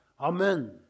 Amen